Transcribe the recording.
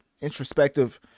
introspective